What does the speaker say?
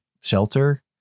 shelter